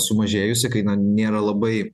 sumažėjusi kai na nėra labai